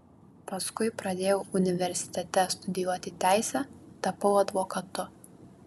paskui pradėjau universitete studijuoti teisę tapau advokatu